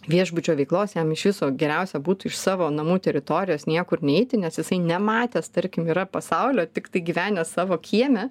viešbučio veiklos jam iš viso geriausia būtų iš savo namų teritorijos niekur neiti nes jisai nematęs tarkim yra pasaulio tiktai gyvenęs savo kieme